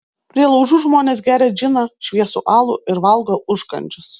prie laužų žmonės geria džiną šviesų alų ir valgo užkandžius